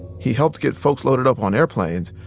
he helped get folks loaded up on airplanes,